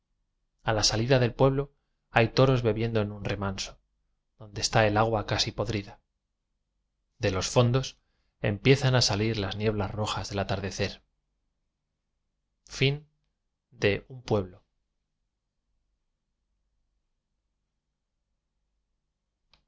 a la salida del pueblo hay toros bebiendo en un remanso donde está el agua casi podrida de los fondos empiezan a salir las nieblas rojas del atar